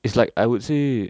it's like I would say